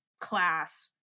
class